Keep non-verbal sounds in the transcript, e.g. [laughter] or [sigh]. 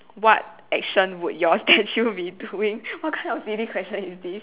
what action would your statue be doing [laughs] what kind of silly question is this